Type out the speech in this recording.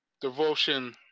devotion